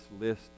list